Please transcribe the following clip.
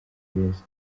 beza